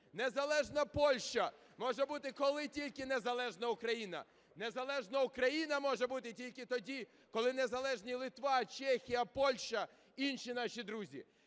незалежна Польща може бути, коли тільки незалежна Україна. Незалежна Україна може бути тільки тоді, коли незалежні Литва, Чехія, Польща, інші наші друзі.